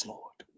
Lord